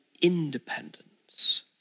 independence